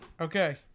Okay